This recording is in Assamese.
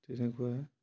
তেনেকুৱা